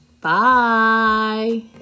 Bye